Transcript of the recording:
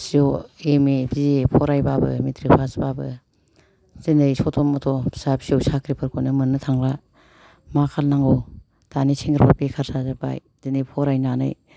P U M A BA फरायबाबो matric पासबाबो दिनै सथ' मथ' फिसा फिसौ साख्रिफोरखौनो मोननो थांला मा खालामनांगौ दानि सेंग्राफ्रा बेखार जाजोबबाय दिनै फरायनानै